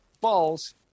falls